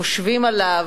חושבים עליו,